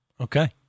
Okay